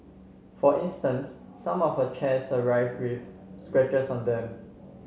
for instance some of her chairs arrived with scratches on them